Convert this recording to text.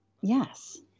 Yes